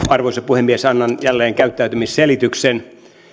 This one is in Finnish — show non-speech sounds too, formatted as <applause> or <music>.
<unintelligible> arvoisa puhemies annan jälleen käyttäytymisselityksen